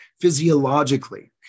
physiologically